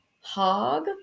HOG